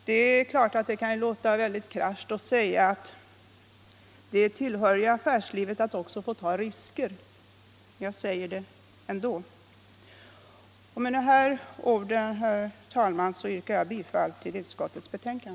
Det kan låta krasst att säga att det tillhör affärslivet att ta risker, men jag säger det ändå. Med dessa ord yrkar jag, herr talman, bifall till utskottets hemställan.